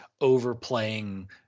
overplaying